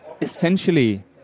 essentially